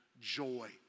joy